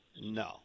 No